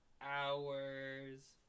hours